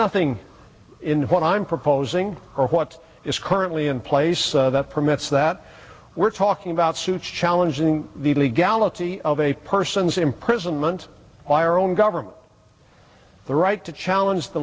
nothing in what i'm proposing or what is currently in place that permits that we're talking about suits challenging the legality of a person's imprisonment by our own government the right to challenge the